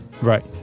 Right